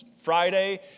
Friday